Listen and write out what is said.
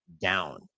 down